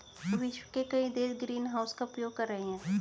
विश्व के कई देश ग्रीनहाउस का उपयोग कर रहे हैं